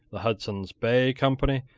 the hudson's bay company,